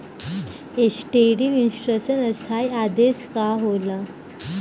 Standing instruction स्थाई आदेश का होला?